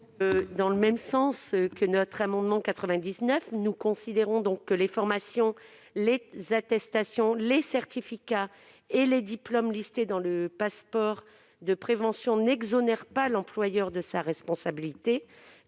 précédemment à propos de l'amendement n° 99 : nous considérons que les formations, les attestations, les certificats et les diplômes listés dans le passeport de prévention n'exonèrent pas l'employeur de sa responsabilité